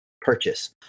purchase